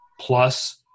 plus